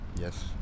Yes